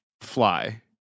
fly